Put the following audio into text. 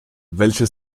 welche